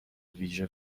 ویژه